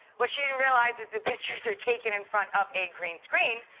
what she didn't realize is the pictures are taken in front of a green screen,